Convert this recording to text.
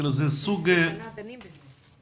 12 שנה דנים בזה.